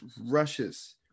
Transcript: rushes